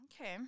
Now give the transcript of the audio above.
Okay